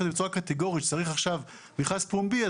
הזה בצורה קטגורית שצריך מכרז פומבי,